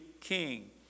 king